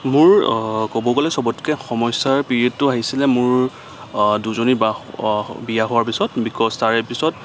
মোৰ ক'ব গ'লে চবতকৈ সমস্যাৰ পিৰিয়ডটো আহিছিলে মোৰ দুজনী বা বিয়া হোৱাৰ পিছত বিকজ তাইৰ পিছত